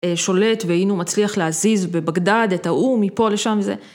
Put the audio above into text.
שולט, והנה מצליח להזיז בבגדד, את ההוא, מפה לשם וזה.